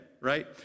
right